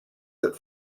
that